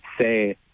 say